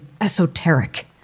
esoteric